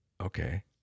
Okay